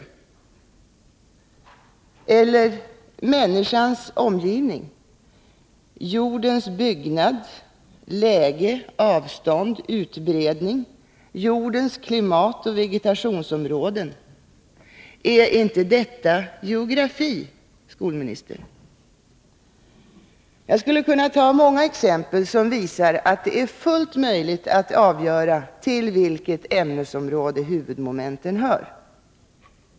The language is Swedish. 95 Eller: Människans omgivning: Jordens byggnad. Läge, avstånd, utbredning. Jordens klimatoch vegetationsområden. Är inte detta geografi, herr skolminister? Jag skulle kunna ta många exempel som visar att det är fullt möjligt att avgöra till vilket ämnesområde huvudmomenten hör.